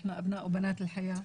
אנחנו בני ובנות החיים).